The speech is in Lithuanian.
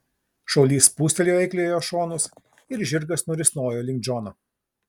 šaulys spūstelėjo eikliojo šonus ir žirgas nurisnojo link džono